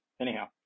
Anyhow